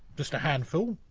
just a handful.